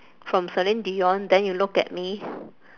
from celine dion then you look at me